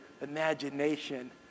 imagination